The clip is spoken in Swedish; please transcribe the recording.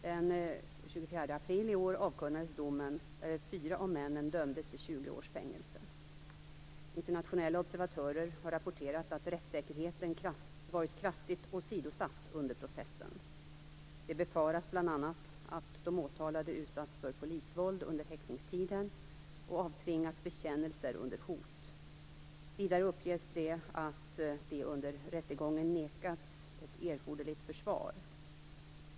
Den 24 april i år avkunnades domen, där fyra av männen dömdes till 20 års fängelse. Internationella observatörer har rapporterat att rättssäkerheten varit kraftigt åsidosatt under processen. Det befaras bl.a. att de åtalade utsatts för polisvåld under häktningstiden och avtvingats bekännelser under hot. Vidare uppges det att de under rättegången nekats ett erforderligt försvar.